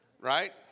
Right